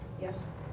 Yes